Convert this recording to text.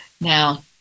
Now